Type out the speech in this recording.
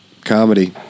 comedy